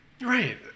Right